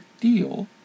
deal